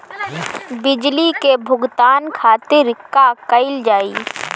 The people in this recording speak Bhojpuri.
बिजली के भुगतान खातिर का कइल जाइ?